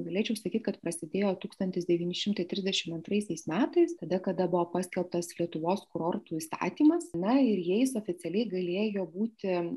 galėčiau sakyt kad prasidėjo tūkstantis devyni šimtai trisdešimt antraisiais metais tada kada buvo paskelbtas lietuvos kurortų įstatymas na ir jais oficialiai galėjo būti